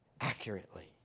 accurately